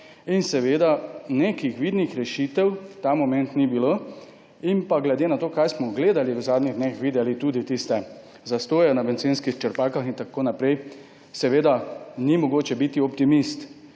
konca. Nekih vidnih rešitev ta moment ni bilo. Glede na to, kar smo gledali v zadnjih dneh, videli tudi tiste zastoje na bencinskih črpalkah in tako naprej, ni mogoče biti optimist.